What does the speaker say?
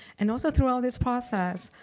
and also, through all this process,